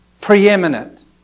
preeminent